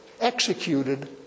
executed